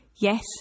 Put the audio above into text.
Yes